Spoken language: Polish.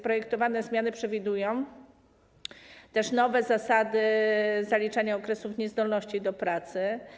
Projektowane zmiany przewidują też nowe zasady zaliczania okresów niezdolności do pracy.